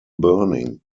burning